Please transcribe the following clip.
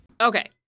Okay